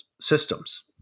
systems